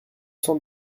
cents